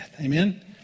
Amen